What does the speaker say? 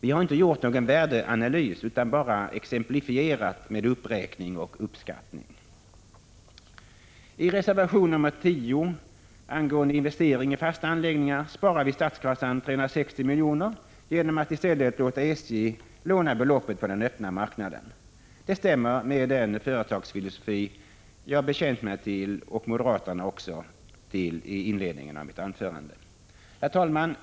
Vi har inte gjort någon värdeanalys utan bara en exemplifierande uppräkning och uppskattning. I reservation nr 10 angående Investering i fasta anläggningar föreslår vi att statskassan sparar 360 milj.kr. genom att låta SJ låna beloppet på den öppna marknaden. Det stämmer med den företagsfilosofi jag bekänt mig och moderaterna till i inledningen av mitt anförande. Herr talman!